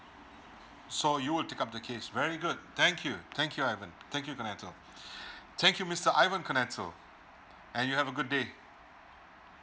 so you would take up the case very good thank you thank you ivan thank you kenato thank you mister ivan kenato and you have a good day